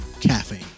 caffeine